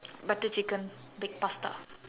butter chicken baked pasta